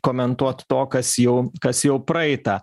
komentuot to kas jau kas jau praeita